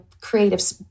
creative